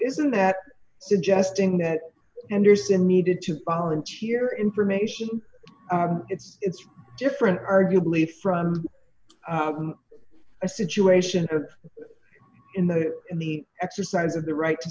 isn't that jesting that anderson needed to volunteer information it's it's different arguably from a situation in the in the exercise of the right to